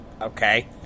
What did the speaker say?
Okay